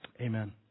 amen